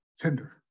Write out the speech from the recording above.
tender